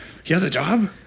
he has a job?